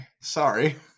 sorry